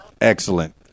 Excellent